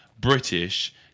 British